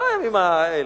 אלה לא הימים האלה.